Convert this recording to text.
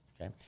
Okay